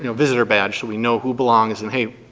you know visitor badge, so we know who belongs and hey,